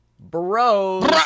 Bro